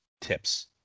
tips